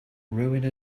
ruin